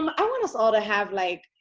um i want us all to have like,